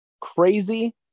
crazy